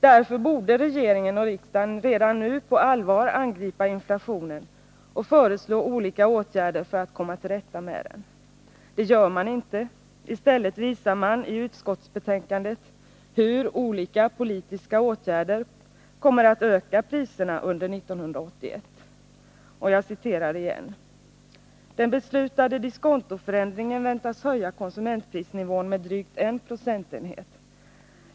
Därför borde regeringen och riksdagen redan nu på allvar angripa inflationen och föreslå olika åtgärder för att komma till rätta med den. Det gör man inte. I stället visar man i utskottsbetänkandet hur olika politiska åtgärder kommer att öka priserna under 1981: ”Den beslutade diskontoförändringen väntas höja konsumentprisnivån med drygt en procentenhet.